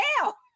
hell